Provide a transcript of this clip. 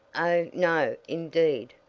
oh, no, indeed,